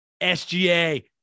SGA